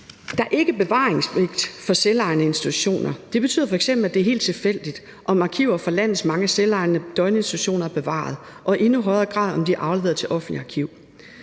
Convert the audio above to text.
Der er ikke bevaringspligt for selvejende institutioner. Det betyder f.eks., at det er helt tilfældigt, om arkiver fra landets mange selvejende døgninstitutioner er bevaret, og i endnu højere grad, om de er afleveret til offentligt arkiv.